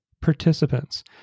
participants